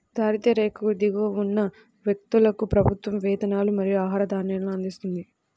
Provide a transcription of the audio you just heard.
దారిద్య్ర రేఖకు దిగువన ఉన్న వ్యక్తులకు ప్రభుత్వం వేతనాలు మరియు ఆహార ధాన్యాలను అందిస్తుంది